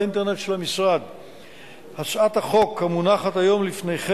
סעיף 34: הצעת חוק הגנת הסביבה